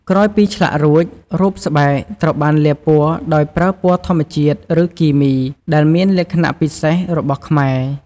ក្រោយពីឆ្លាក់រួច រូបស្បែកត្រូវបានលាបពណ៌ដោយប្រើពណ៌ធម្មជាតិ ឬគីមី ដែលមានលក្ខណៈពិសេសរបស់ខ្មែរ។